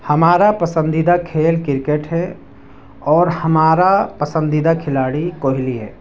ہمارا پسندیدہ کھیل کرکٹ کے اور ہمارا پسندیدہ کھلاڑی کوہلی ہے